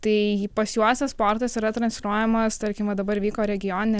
tai pas juos esportas yra transliuojamas tarkim va dabar vyko regioninė